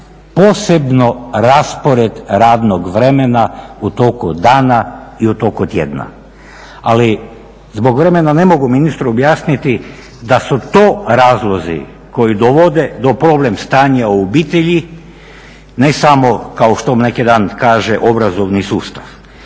posebno raspored radnog vremena u toku dana i u toku tjedna. Ali zbog vremena ne mogu ministru objasniti da su to razlozi koji dovode do problem stanja u obitelji, ne samo kao što neki dan kaže obrazovni sustav